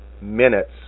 minutes